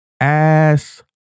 Ass